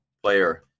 player